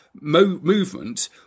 movement